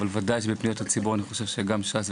אבל ודאי שבפניות הציבור אני חושב שגם ש"ס,